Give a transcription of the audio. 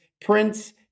Prince-